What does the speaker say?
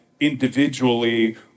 individually